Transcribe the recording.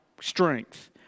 strength